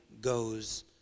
goes